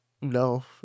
no